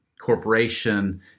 corporation